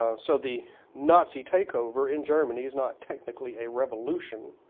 ah so the nazi takeover in germany is not technically a revolution.